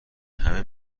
همه